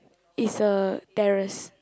is a terrace